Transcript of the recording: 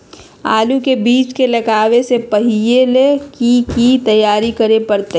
आलू के बीज के लगाबे से पहिले की की तैयारी करे के परतई?